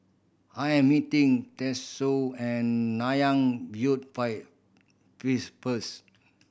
I am meeting Tatsuo an Nanyang View fire please first